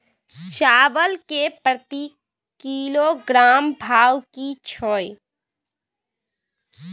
चावल के प्रति किलोग्राम भाव की छै?